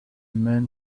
man